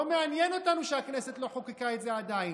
לא מעניין אותנו שהכנסת לא חוקקה את זה עדיין.